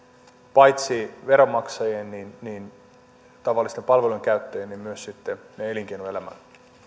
paitsi veronmaksajien ja tavallisten palvelujen käyttäjien myös elinkeinoelämän